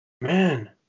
man